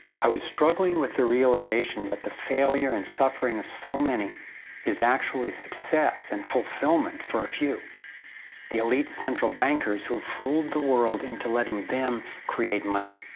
i was struggling with the realization that the failure and suffering of so many is actually success and fulfillment for a few the elite central bankers who fooled the world into letting them create money.